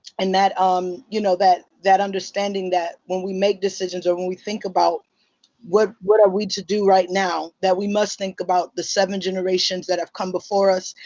and that um you know that understanding that, when we make decisions, or when we think about what what are we to do right now? that we must think about the seven generations that have come before us,